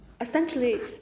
Essentially